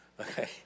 okay